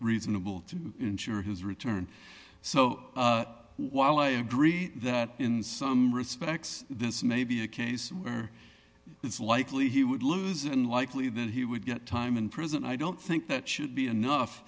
reasonable to ensure his return so while i agree that in some respects this may be a case where it's likely he would lose unlikely that he would get time in prison i don't think that should be enough